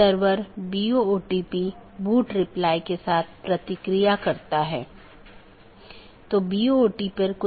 तो autonomous system या तो मल्टी होम AS या पारगमन AS हो सकता है